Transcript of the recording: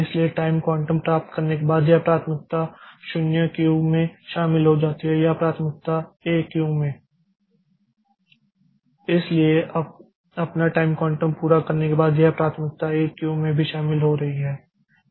इसलिए time quantum प्राप्त करने के बाद यह प्राथमिकता 0 क्यू में शामिल हो जाती है या प्राथमिकता 1 क्यू में इसलिए अपना टाइम क्वांटम पूरा करने के बाद यह प्राथमिकता 1 क्यू में भी शामिल हो रही है